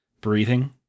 breathing